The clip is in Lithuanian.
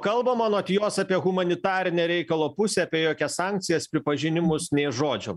kalbama anot jos apie humanitarinę reikalo pusę apie jokias sankcijas pripažinimus nė žodžio